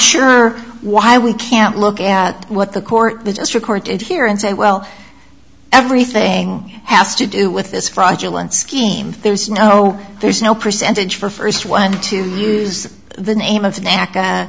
sure why we can't look at what the court just reported here and say well everything has to do with this fraudulent scheme there's no there's no percentage for first one to use the name of the na